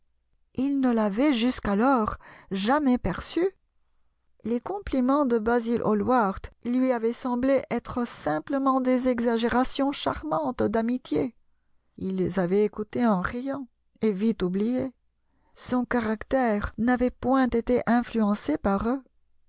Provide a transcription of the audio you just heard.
il ne l'avait jusqu'alors jamais perçu les compliments de basil hallward lui avaient semblé être simplement des exagérations charmantes d'amitié il les avait écoutés en riant et vite oubliés son caractère n'avait point été influencé par eux